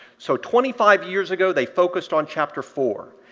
so twenty five years ago, they focused on chapter four.